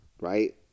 right